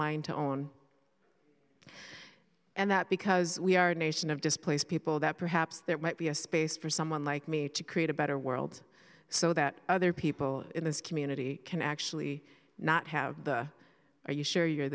mine to own and that because we are a nation of displaced people that perhaps there might be a space for someone like me to create a better world so that other people in this community can actually not have the are you sure you're